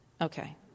Okay